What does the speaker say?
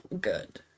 good